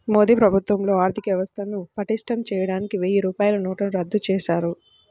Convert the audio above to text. మోదీ ప్రభుత్వంలో ఆర్ధికవ్యవస్థను పటిష్టం చేయడానికి వెయ్యి రూపాయల నోట్లను రద్దు చేశారు